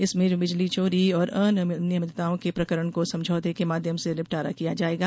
इसमें बिजली चोरी और अनियमितताओं के प्रकरण को समझौते के माध्यम से निपटारा किया जाएगा